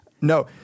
No